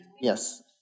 yes